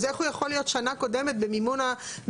אז איך הוא יכול להיות שנה קודמת במימון המבטח?